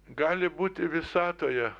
gali būti visatoje